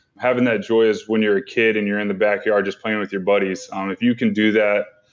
having that joy when you're a kid and you're in the backyard just playing with your buddies, um if you can do that,